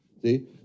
see